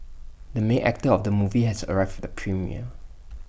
the main actor of the movie has arrived premiere